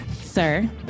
Sir